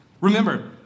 Remember